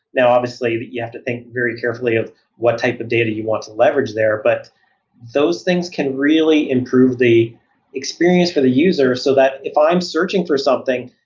now obviously, you have to think very carefully of what type of data you want to leverage there, but those things can really improve the experience for the user, so that if i'm searching for something,